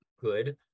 good